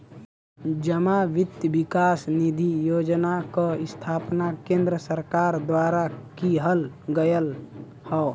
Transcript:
जमा वित्त विकास निधि योजना क स्थापना केन्द्र सरकार द्वारा किहल गयल हौ